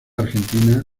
argentina